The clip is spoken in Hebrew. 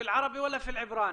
תדבר בערבית או בעברית?